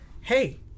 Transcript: hey